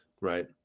right